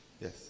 yes